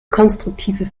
konstruktive